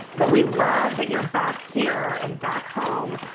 but we love that you're back here and back home.